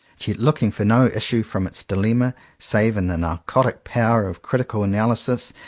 yet looking for no issue from its dilemma, save in the narcotic power of critical analysis,